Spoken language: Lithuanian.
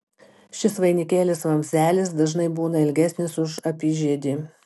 šis vainikėlis vamzdelis dažnai būna ilgesnis už apyžiedį